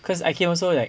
cause I came also like